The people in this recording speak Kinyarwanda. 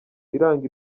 iranga